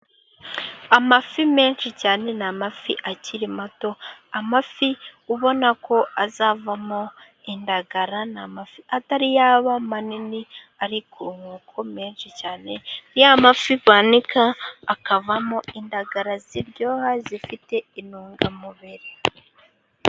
Amafi menshi cyane, ni amafi akiri mato, amafi ubona ko azavamo indagara, ni amafi atari yaba manini, ari ku nkoko menshi cyane, ya mafi banika akavamo indagara ziryoha, zifite intungamubiri.